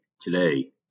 today